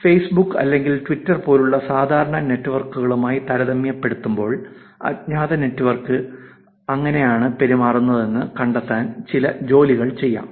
Facebook അല്ലെങ്കിൽ Twitter പോലുള്ള സാധാരണ നെറ്റ്വർക്കുകളുമായി താരതമ്യപ്പെടുത്തുമ്പോൾ അജ്ഞാത നെറ്റ്വർക്ക് എങ്ങനെയാണ് പെരുമാറുന്നതെന്ന് കണ്ടെത്താൻ ചില ജോലികൾ ചെയ്യും